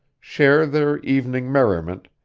share their evening merriment,